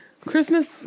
Christmas